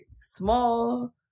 small